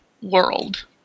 world